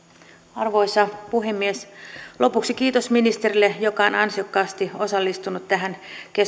arvoisa puhemies lopuksi kiitos ministerille joka on ansiokkaasti osallistunut tähän